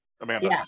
Amanda